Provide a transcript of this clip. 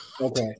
Okay